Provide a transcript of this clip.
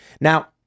Now